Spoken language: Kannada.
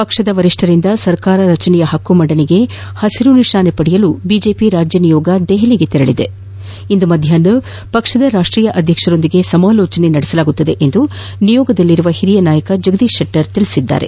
ಪಕ್ಷದ ವರಿಷ್ಠರಿಂದ ಸರ್ಕಾರ ರಚನೆಯ ಹಕ್ಕು ಮಂಡನೆಗೆ ಹಸಿರುನಿಶಾನೆ ಪಡೆಯಲು ಬಿಜೆಪಿ ರಾಜ್ಯ ನಿಯೋಗ ದೆಹಲಿಗೆ ತೆರಳಿದ್ದು ಇಂದು ಮಧ್ಯಾಹ್ನ ಪಕ್ಷದ ರಾಷ್ಟೀಯ ಅಧ್ಯಕ್ಷರೊಂದಿಗೆ ಸಮಾಲೋಚನೆ ನಡೆಸಲಿದೆ ಎಂದು ನಿಯೋಗದಲ್ಲಿರುವ ಹಿರಿಯ ನಾಯಕ ಜಗದೀಶ್ ಶೆಟ್ಟರ್ ಹೇಳಿದ್ದಾರೆ